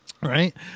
Right